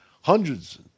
hundreds